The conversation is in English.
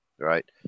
Right